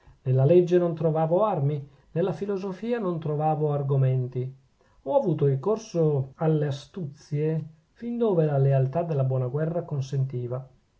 nella legge non trovavo armi nella filosofia non trovavo argomenti ho avuto ricorso alle astuzie fin dove la lealtà della buona guerra consentiva